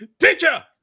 Teacher